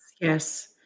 Yes